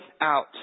out